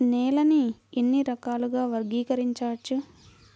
నేలని ఎన్ని రకాలుగా వర్గీకరించవచ్చు?